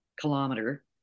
kilometer